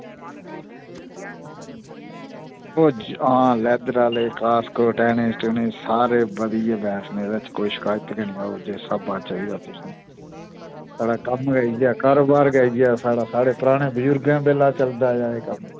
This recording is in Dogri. आं लैदर आह्ले कॉस्को टेनिस सारे बधियै बैट साढ़े कोल कोई शकैत निं होग जिस स्हाबै दा चाहिदा तुसें साढ़ा कम्म गै इयै साढ़ा कारोबार गै इयै साढ़े पराने बजुरगें बेल्लै दा चलदा आया कम्म